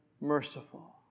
merciful